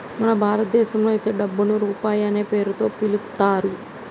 మన భారతదేశంలో అయితే డబ్బుని రూపాయి అనే పేరుతో పిలుత్తారు